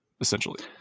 essentially